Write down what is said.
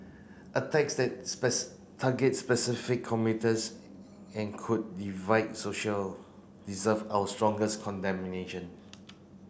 attacks that target specific commuters and could divide social deserve our strongest